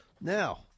Now